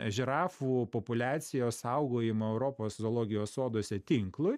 žirafų populiacijos saugojimo europos zoologijos soduose tinklui